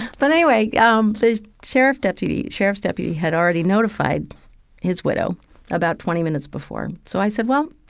but, anyway, yeah um the sheriff's deputy sheriff's deputy had already notified his widow about twenty minutes before, so i said, well,